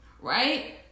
right